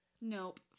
Nope